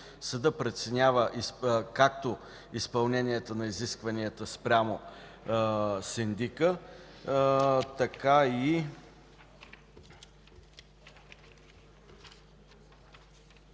Съдът преценява както изпълнението на изискванията спрямо синдика, така и